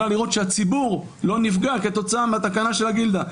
אלא לראות שהציבור לא נפגע כתוצאה מהתקנה של הגילדה.